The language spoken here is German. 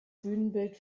bühnenbild